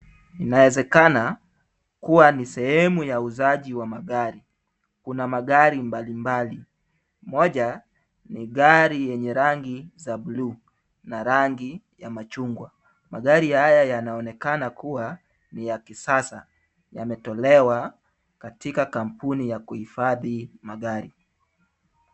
Inawezekana ni sehemu ya uuzaji wa magari. Kuna magari mbali mbali. Moja ni gari yenye rangi za buluu na rangi ya machungwa. Magari haya yanaonekana kuwa ni ya kisasa. Yametolewa katika kampuni ya kuhifadhi magari